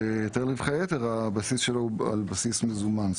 והבסיס של היטל רווחי יתר הוא על בסיס מזומן,